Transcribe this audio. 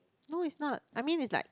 no it's not I mean it's like